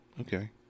okay